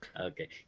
okay